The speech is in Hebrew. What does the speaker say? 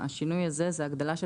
השינוי הזה זה הגדלה של